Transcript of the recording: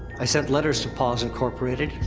i sent letters to paws, incorporated.